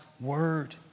word